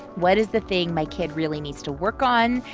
what is the thing my kid really needs to work on,